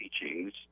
teachings